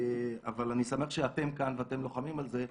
אבל אני שמח שאתם כאן ואתם לוחמים על זה.